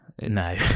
No